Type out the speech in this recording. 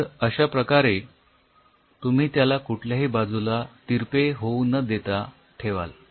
तर अश्याप्रकारे तुम्ही त्याला कुठल्याही बाजूला तिरपे होऊ ना देता ठेवाल